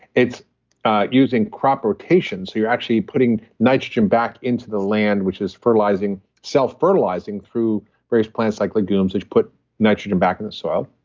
it's using crop rotation. so, you're actually putting nitrogen back into the land which is self-fertilizing self-fertilizing through various plants like legumes, which put nitrogen back in the soil,